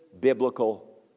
biblical